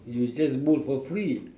you just bowl for free